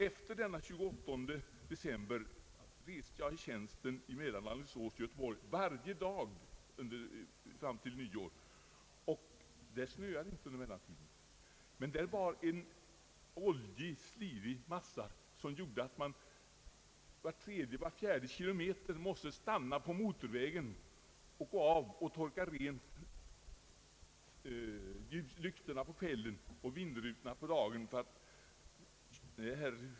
Efter den 28 december reste jag i tjänsten mellan Alingsås och Göteborg varje dag fram till nyår. Det snöade inte på hela tiden, men vägbanan utgjordes av en oljig, slirig massa som gjorde att man var tredje, fjärde kilometer måste stanna på motorvägen och torka av lyktor och vindrutor.